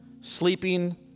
sleeping